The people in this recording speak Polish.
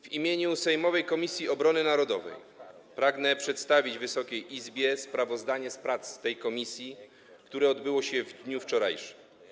W imieniu sejmowej Komisji Obrony Narodowej pragnę przedstawić Wysokiej Izbie sprawozdanie z prac tej komisji, które odbyło się w dniu wczorajszym.